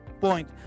point